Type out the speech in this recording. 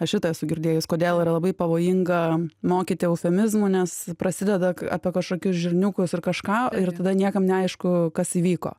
aš šitą esu girdėjus kodėl yra labai pavojinga mokyti eufemizmų nes prasideda apie kažkokius žirniukus ir kažką ir tada niekam neaišku kas įvyko